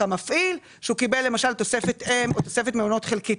המפעיל שהוא קיבל למשל תוספת --- או תוספת מעונות חלקית,